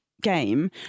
game